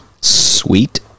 Sweet